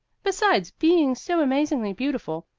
besides being so amazingly beautiful.